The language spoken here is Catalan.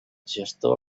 gestor